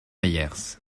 meyers